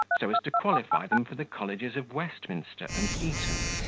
so as to qualify them for the colleges of westminster and eton.